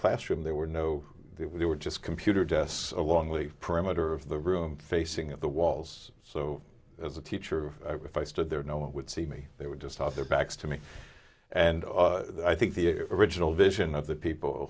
classroom there were no we were just computer desks along with the perimeter of the room facing at the walls so as a teacher of if i stood there no one would see me they were just off their backs to me and i think the original vision of the people